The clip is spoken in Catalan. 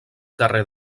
carrer